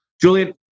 Julian